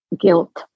guilt